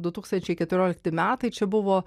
du tūkstančiai keturiolikti metai čia buvo